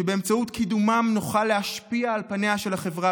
שבאמצעות קידומם נוכל להשפיע על פניה של החברה